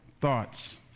thoughts